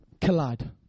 collide